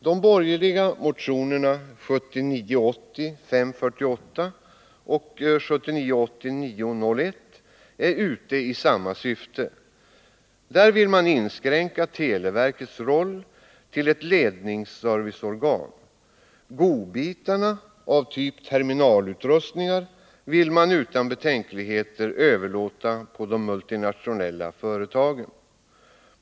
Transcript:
De borgerliga ledamöter som står bakom motionerna 1979 80:901 är ute i samma syfte. De vill inskränka televerkets roll till att vara ett ledningsserviceorgan. Godbitar av typ terminalutrustningar vill de utan betänkligheter överlåta på de multinationella företagen.